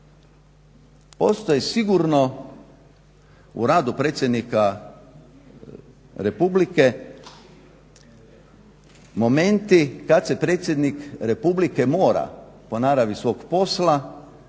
Postoji sigurno u radu predsjednika Republike momenti kada se predsjednik Republike mora po naravi svog posla